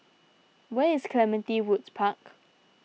where is Clementi Woods Park